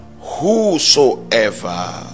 Whosoever